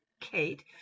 Kate